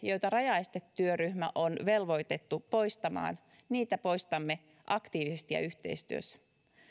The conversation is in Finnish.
joita rajaestetyöryhmä on velvoitettu poistamaan poistamme aktiivisesti ja yhteistyössä